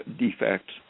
defects